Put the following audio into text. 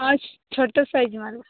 first ଛୋଟ୍ size ମାରିବ